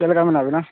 ᱪᱮᱫ ᱞᱮᱠᱟ ᱢᱮᱱᱟᱜ ᱵᱤᱱᱟ